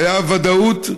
הייתה ודאות,